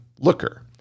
Looker